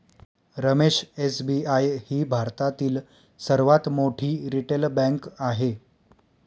Ramesh SBI ही भारतातील सर्वात मोठी रिटेल बँक आहे